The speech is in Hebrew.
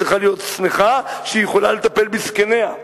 צריכה לשמוח שהיא יכולה לטפל בזקניה,